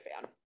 fan